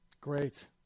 Great